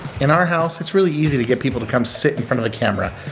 in our house, it's really easy to get people to come sit in front of the camera.